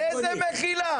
איזה מחילה?